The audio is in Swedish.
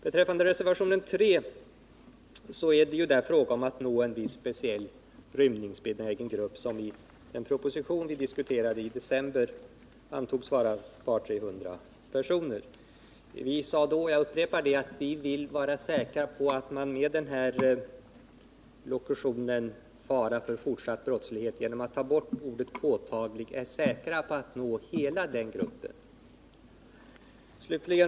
När det gäller reservationen 3 är ju avsikten att komma åt en viss rymningsbenägen grupp, som i den proposition som vi behandlade i december ansågs utgöra ett par tre hundra personer. Vi sade då att vi vill vara säkra på att man genom att i lokutionen ”påtaglig fara för fortsatt brottslig verksamhet” ta bort ordet ”påtaglig” når hela denna grupp.